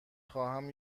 خواهم